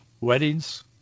weddings